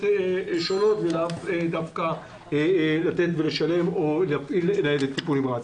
שונות ולאו דווקא להפעיל ניידת טיפול נמרץ.